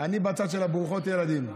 אני בצד של הברוכות ילדים.